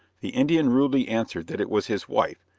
the indian rudely answered that it was his wife,